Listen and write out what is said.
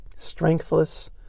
strengthless